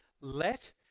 let